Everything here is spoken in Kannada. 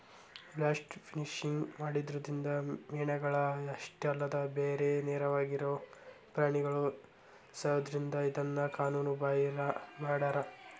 ಬ್ಲಾಸ್ಟ್ ಫಿಶಿಂಗ್ ಮಾಡೋದ್ರಿಂದ ಮೇನಗಳ ಅಷ್ಟ ಅಲ್ಲದ ಬ್ಯಾರೆ ನೇರಾಗಿರೋ ಪ್ರಾಣಿಗಳು ಸಾಯೋದ್ರಿಂದ ಇದನ್ನ ಕಾನೂನು ಬಾಹಿರ ಮಾಡ್ಯಾರ